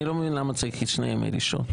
אבל אני לא מבין למה צריך את שני ימי ראשון.